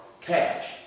cash